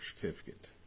certificate